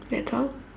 that's all